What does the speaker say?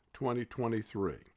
2023